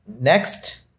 next